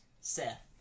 Seth